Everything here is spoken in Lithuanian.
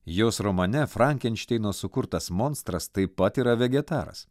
jos romane frankenšteino sukurtas monstras taip pat yra vegetaras